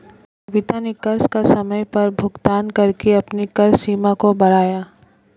कविता ने कर्ज का समय पर भुगतान करके अपने कर्ज सीमा को बढ़ाया